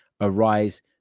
arise